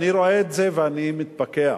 אני רואה את זה ואני מתפקע.